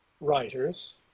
writers